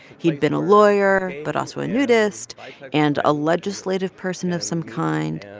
he'd been a lawyer, but also a nudist and a legislative person of some kind.